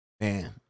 man